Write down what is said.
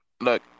Look